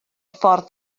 ffordd